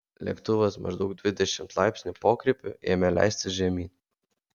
lėktuvas maždaug dvidešimt laipsnių pokrypiu ėmė leistis žemyn